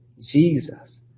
Jesus